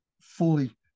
fully